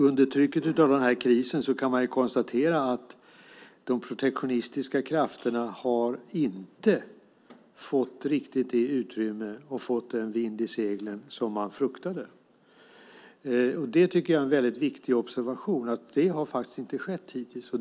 Under trycket av krisen kan man konstatera att de protektionistiska krafterna inte har fått riktigt det utrymme och den vind i seglen som man fruktade. Jag tycker att det är en väldigt viktig observation att det faktiskt inte har skett hittills.